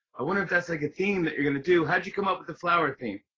i wonder if that's like a theme that you're gonna do. how'd you come up with the flower theme?